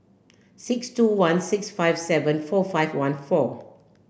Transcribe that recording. six two one six five seven four five one four